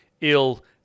ill-